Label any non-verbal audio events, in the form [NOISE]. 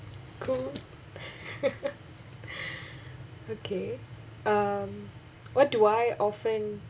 cool [LAUGHS] okay um what do I often